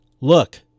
Look